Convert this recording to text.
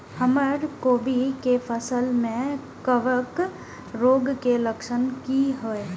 हमर कोबी के फसल में कवक रोग के लक्षण की हय?